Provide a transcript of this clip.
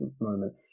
moment